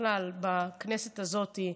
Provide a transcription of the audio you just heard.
בכלל בכנסת הזאת,